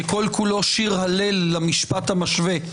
שכול כולו שיר הלל למשפט המשווה.